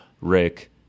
Rick